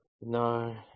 No